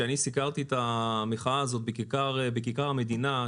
כשאני סיקרתי את המחאה הזאת בכיכר המדינה,